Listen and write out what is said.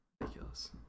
Ridiculous